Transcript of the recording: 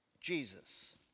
Jesus